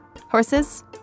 horses